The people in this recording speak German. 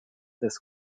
des